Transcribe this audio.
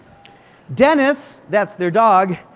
dennis, that's their dog,